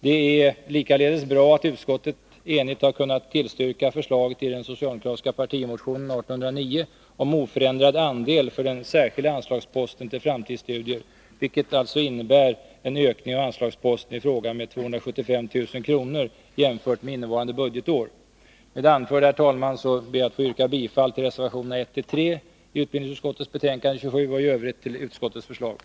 Det är likaledes bra att utskottet enigt kunnat tillstyrka förslaget i den socialdemokratiska Med det anförda, herr talman, ber jag att få yrka bifall till reservationerna 1-3 i utbildningsutskottets betänkande 27 och i övrigt till utskottets hemställan.